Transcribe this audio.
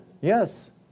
Yes